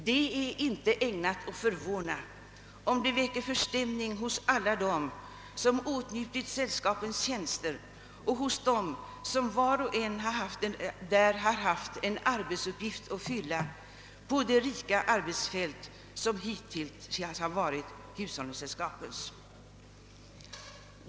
Det är inte ägnat att förvåna, om det väcker förstämning hos alla dem som åtnjutit sällskapens tjänster och hos var och en som haft en arbetsuppgift att fylla på det rika arbetsfält som hittills har varit hushållningssällskapens.